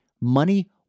Money